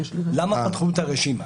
למה פתחו את הרשימה?